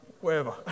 Wherever